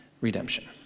redemption